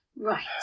Right